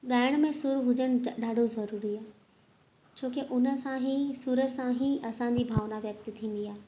ॻाइण में सुरु हुजणु ॾाढो ज़रूरी आहे छो की उनसां सां ई सुर सां ई असांजी भावना व्यक्त थींदी आहे